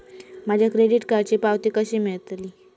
माझ्या क्रेडीट कार्डची पावती कशी मिळतली?